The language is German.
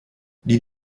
die